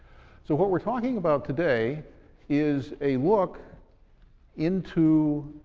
so what we're talking about today is a look into